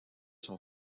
sont